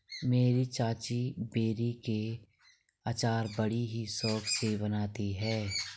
मेरी चाची बेर के अचार बड़ी ही शौक से बनाती है